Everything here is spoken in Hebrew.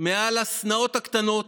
מעל השנאות הקטנות,